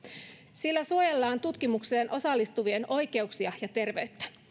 sillä suojellaan tutkimukseen osallistuvien oikeuksia ja terveyttä